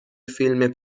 فیلم